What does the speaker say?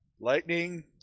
Lightning